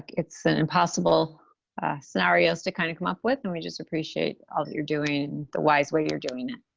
it's an impossible scenario to kind of come up with and we just appreciate all that you're doing, the wise way you're doing it.